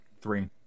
Three